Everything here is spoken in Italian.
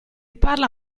parla